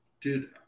dude